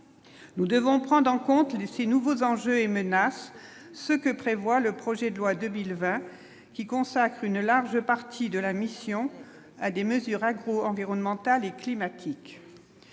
Nous devons prendre en compte les 6 nouveaux enjeux et menaces ce que prévoit le projet de loi 2020, qui consacre une large partie de la mission à des mesures agro-environnementales et climatiques